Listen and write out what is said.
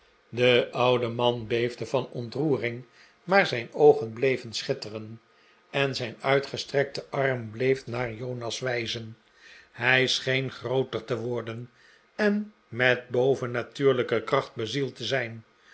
de oude man beefde van ontroering maar zijn oogen bleven schitteren en zijn uitgestrekte arm bleef naar jonas wijzen hij scheen grooter te worden en met bo vennatuurlijke krachtv bezield te zijn